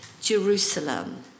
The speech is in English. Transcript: Jerusalem